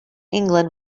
england